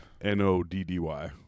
N-O-D-D-Y